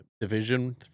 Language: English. division